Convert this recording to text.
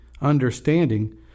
understanding